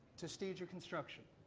to stage a construction,